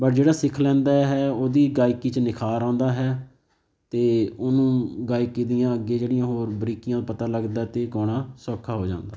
ਪਰ ਜਿਹੜਾ ਸਿੱਖ ਲੈਂਦਾ ਹੈ ਉਹਦੀ ਗਾਇਕੀ 'ਚ ਨਿਖਾਰ ਆਉਂਦਾ ਹੈ ਅਤੇ ਉਹਨੂੰ ਗਾਇਕੀ ਦੀਆਂ ਅੱਗੇ ਜਿਹੜੀਆਂ ਹੋਰ ਬਰੀਕੀਆਂ ਉਹ ਪਤਾ ਲੱਗਦਾ ਅਤੇ ਗਾਉਣਾ ਸੌਖਾ ਹੋ ਜਾਂਦਾ